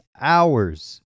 hours